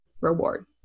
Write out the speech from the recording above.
reward